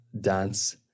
dance